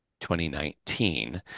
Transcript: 2019